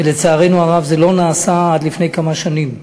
ולצערנו הרב זה לא נעשה עד לפני כמה שנים.